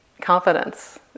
confidence